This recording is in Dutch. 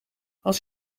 als